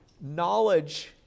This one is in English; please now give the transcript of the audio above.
knowledge